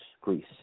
Greece